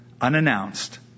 unannounced